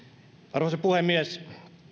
arvoisa puhemies